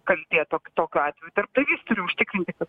kaltė tok tokiu atveju darbdavys turi užtikrinti kad